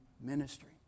ministry